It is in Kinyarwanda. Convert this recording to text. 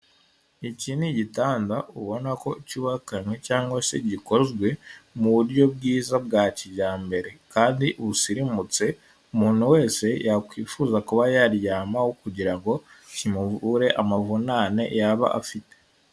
Iki ni igitanda ubona ko cyubakanywe cyangwa se gikozwe mu buryo bwiza bwa kijyambere kandi busirimutse, umuntu wese yakwifuza kuba yaryamaho kugira ngo kimubure amavunane yaba afite.